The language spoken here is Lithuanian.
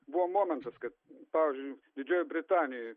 buvo momentas kad pavyzdžiui didžiojoj britanijoj